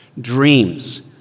dreams